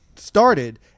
started